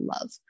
love